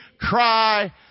cry